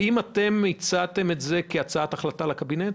האם אתם הצעתם את זה כהצעת החלטה לקבינט?